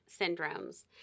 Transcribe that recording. syndromes